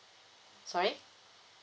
sorry